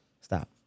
Stop